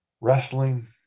wrestling